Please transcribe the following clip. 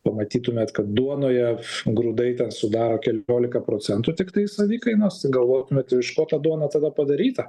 pamatytumėt kad duonoje grūdai ten sudaro keliolika procentų tiktais savikainos galvotumėt iš ko ta duona tada padaryta